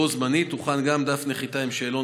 בו בזמן הוכן גם דף נחיתה עם שאלון,